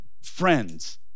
friends